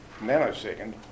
nanosecond